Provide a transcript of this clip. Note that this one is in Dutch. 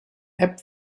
app